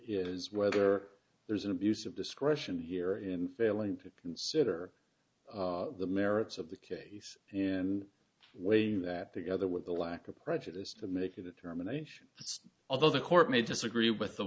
is whether there's an abuse of discretion here in failing to consider the merits of the case and weighing that together with the lack of prejudice to make a determination although the court may disagree with the